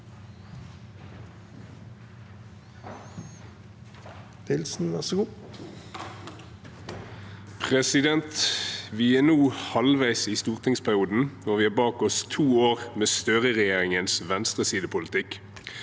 Vi er nå halv- veis i stortingsperioden, og vi har bak oss to år med Støre-regjeringens venstresidepolitikk.